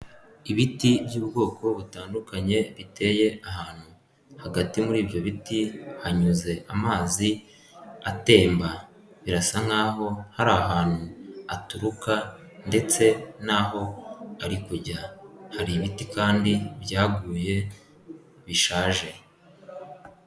Ibiti by'ubwoko butandukanye biteye ahantu, hagati muri ibyo biti hanyuze amazi atemba, birasa nk'aho hari ahantu aturuka ndetse n'aho ari kujya hari ibiti kandi byaguye bishaje.